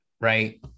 right